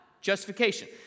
Justification